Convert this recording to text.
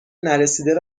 نرسیده